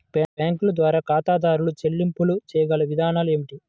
బ్యాంకుల ద్వారా ఖాతాదారు చెల్లింపులు చేయగల విధానాలు ఏమిటి?